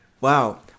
Wow